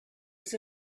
was